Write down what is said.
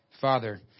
Father